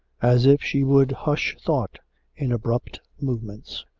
as if she would hush thought in abrupt movements.